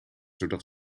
zodat